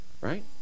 right